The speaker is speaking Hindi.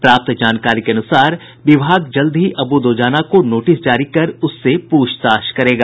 प्राप्त जानकारी के अनुसार विभाग जल्द ही अबू दोजाना को नोटिस जारी कर उससे पूछताछ करेगा